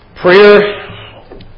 Prayer